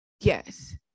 yes